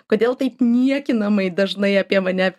kodėl taip niekinamai dažnai apie mane